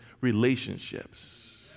relationships